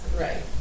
Right